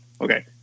Okay